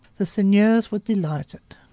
the seigneurs were delighted.